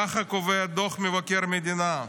ככה קובע דוח מבקר המדינה: